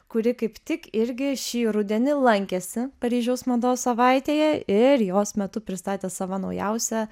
kuri kaip tik irgi šį rudenį lankėsi paryžiaus mados savaitėje ir jos metu pristatė savo naujausią